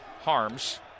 Harms